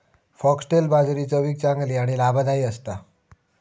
foxtail बाजरी चवीक चांगली आणि लाभदायी असता